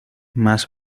más